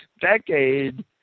Decade